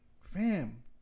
Fam